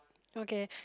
okay